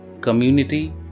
community